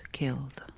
killed